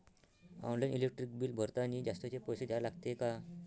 Online electric bill भरतानी जास्तचे पैसे द्या लागते का?